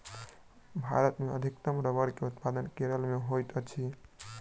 भारत मे अधिकतम रबड़ के उत्पादन केरल मे होइत अछि